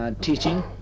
teaching